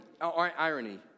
irony